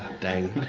dang.